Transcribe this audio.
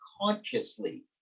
consciously